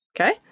Okay